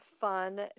fun